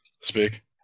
speak